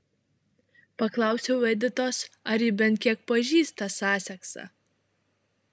paklausiau editos ar ji bent kiek pažįsta saseksą